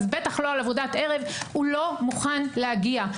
בטח לא על עבודת ערב - הוא לא מוכן להגיע.